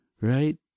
right